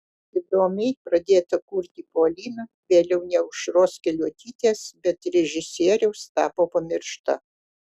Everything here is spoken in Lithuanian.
įdomiai pradėta kurti polina vėliau ne aušros keliuotytės bet režisieriaus tapo pamiršta